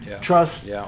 trust